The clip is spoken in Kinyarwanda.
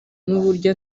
n’uburyo